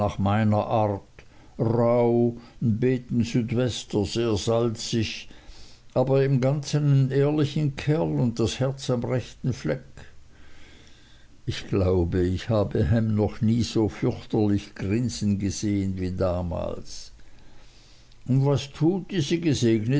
meiner art rauh n beeten südwester sehr salzig aber im ganzen ein ehrlichen kerl und das herz am rechten fleck ich glaube ich habe ham noch nie so fürchterlich grinsen sehen wie damals und was tut diese gesegnete